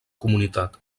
comunitat